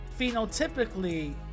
phenotypically